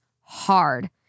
hard